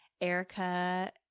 Erica